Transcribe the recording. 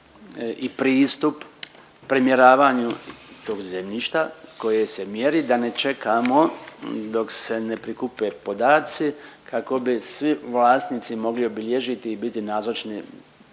i pristup premjeravanju tog zemljišta koje se mjeri da ne čekamo dok se ne prikupe podaci kako bi svi vlasnici mogli obilježiti i biti nazočni